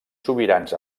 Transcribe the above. sobirans